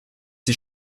die